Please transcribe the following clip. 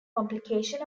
complication